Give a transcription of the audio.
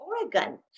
Oregon